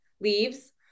leaves